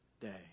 day